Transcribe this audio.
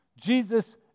Jesus